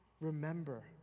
Remember